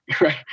right